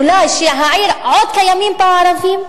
אולי שהעיר, עוד קיימים בה ערבים?